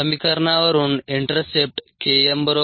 समीकरणावरून intercept Km 0